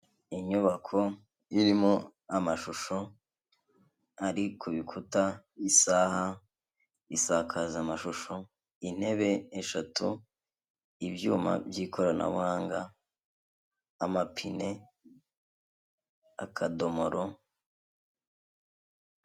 Inyubako irimo amashusho ari ku bikuta, isaha, isakazamashusho, intebe eshatu, ibyuma by'ikoranabuhanga, amapine, akadomoro.